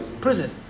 prison